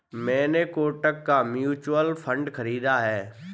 मैंने कोटक का mutual fund खरीदा है